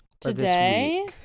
Today